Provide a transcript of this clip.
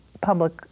public